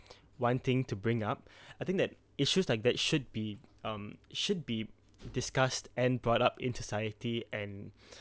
one thing to bring up I think that issues like that should be um should be discussed and brought up in society and